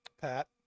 pat